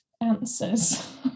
answers